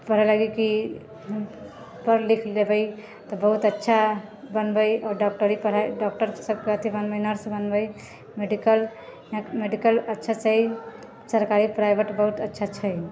पढ़ै लागी कि पढ़ि लिखि लेबै तऽ बहुत अच्छा बनबै आओर डॉक्टरी पढ़ाइ डॉक्टर सबके बनबै अथी नर्स बनबै मेडिकल अच्छा छै सरकारी प्राइवेट बहुत अच्छा छै